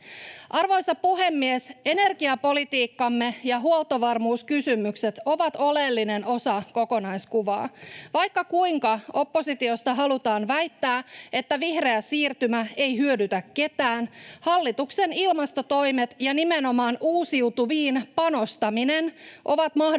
Arvoisa puhemies! Energiapolitiikkamme ja huoltovarmuuskysymykset ovat oleellinen osa kokonaiskuvaa. Vaikka kuinka oppositiosta halutaan väittää, että vihreä siirtymä ei hyödytä ketään, hallituksen ilmastotoimet ja nimenomaan uusiutuviin panostaminen ovat mahdollistaneet